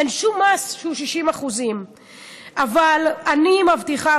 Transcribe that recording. אין שום מס שהוא 60%. אבל אני מבטיחה,